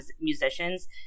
musicians